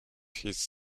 his